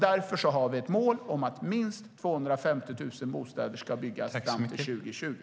Därför har vi ett mål om att minst 250 000 bostäder ska byggas fram till 2020.